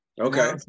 okay